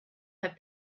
have